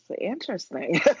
interesting